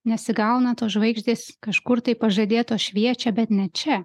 nesigauna tos žvaigždės kažkur tai pažadėtos šviečia bet ne čia